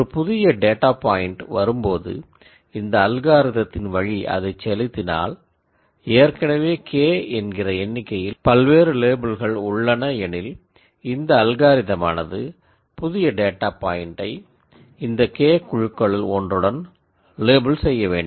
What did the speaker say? ஒரு புதிய data point வரும்போது இந்த அல்காரிதத்தின் வழி அதைச் செலுத்தினால் ஏற்கனவே K என்கிற எண்ணிக்கையில் பல்வேறு லேபில்கள் உள்ளன எனில்இந்த அல்காரிதமானது புதிய டேட்டா பாயின்ட்டை இந்த K குழுக்களுள் ஒன்றுடன் லேபிள் செய்யவேண்டும்